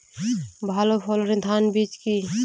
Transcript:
ভালো ফলনের ধান বীজ কি?